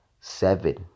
seven